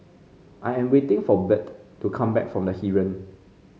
I am waiting for Bert to come back from The Heeren